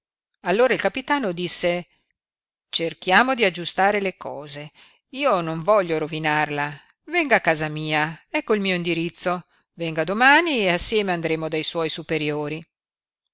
allora il capitano disse cerchiamo di aggiustare le cose io non voglio rovinarla venga a casa mia ecco il mio indirizzo venga domani e assieme andremo dai suoi superiori